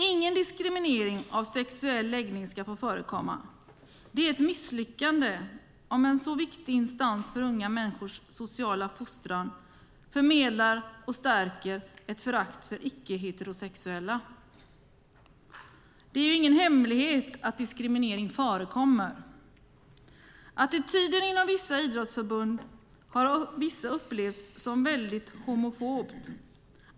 Ingen diskriminering på grund av sexuell läggning ska få förekomma. Det är ett misslyckande om en så viktig instans för unga människors sociala fostran förmedlar och stärker ett förakt för icke-heterosexuella. Det är ingen hemlighet att diskriminering förekommer. Attityden inom vissa idrottsförbund har av vissa upplevts som väldigt homofob.